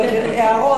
אלה הערות.